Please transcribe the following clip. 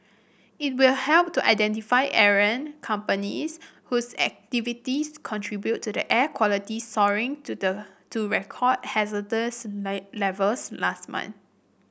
it will help to identify errant companies whose activities contributed to the air quality soaring to the to record hazardous may levels last month